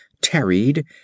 tarried